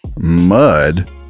mud